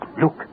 Look